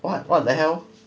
what what the hell